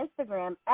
Instagram